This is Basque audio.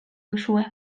duzue